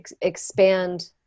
expand